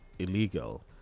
illegal